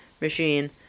machine